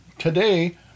Today